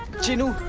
genie.